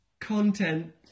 content